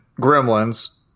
Gremlins